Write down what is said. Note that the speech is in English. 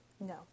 No